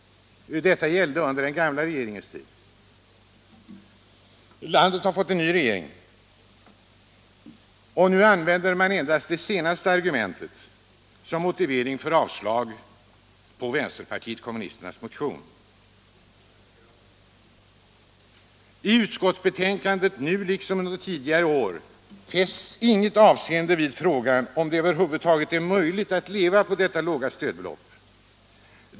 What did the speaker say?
Detta gällde under den gamla regeringens tid. Landet har fått en ny regering, och nu använder man endast det tredje argumentet som motivering för att avstyrka vpk:s motion. I utskottsbetänkandet fästs nu liksom tidigare år inget avseende vid frågan om det över huvud taget är möjligt att leva på detta låga stödbelopp.